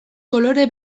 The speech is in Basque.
kolore